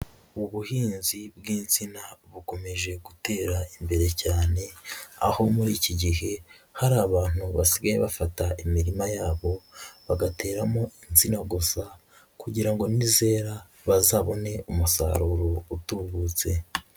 Ubuhinzi bw'insina bukomeje gutera imbere cyane, aho muri iki gihe hari abantu basigaye bafata imirima yabo bagateramo insini gusa, kugira ngo nizera bazabone umusaruro utubutse.